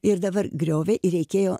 ir dabar griovė ir reikėjo